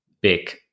big